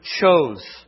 chose